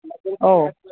ഓ